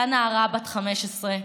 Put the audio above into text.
נערה בת 15,